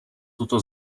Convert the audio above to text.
tuto